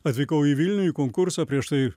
atvykau į vilnių į konkursą prieš tai